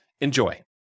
Enjoy